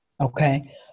Okay